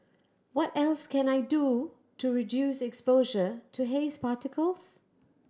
what else can I do to reduce exposure to haze particles